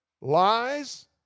lies